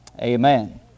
amen